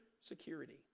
security